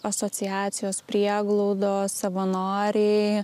asociacijos prieglaudos savanoriai